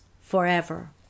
forever